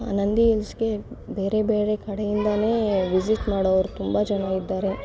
ನಂದಿ ಹಿಲ್ಸ್ಗೆ ಬೇರೆ ಬೇರೆ ಕಡೆಯಿಂದಲೇ ವಿಸಿಟ್ ಮಾಡೋರು ತುಂಬ ಜನ ಇದ್ದಾರೆ